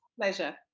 Pleasure